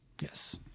Yes